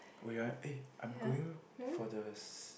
oh ya eh I'm going for the